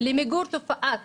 למיגור תופעת